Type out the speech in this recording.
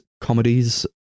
comedies